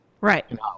Right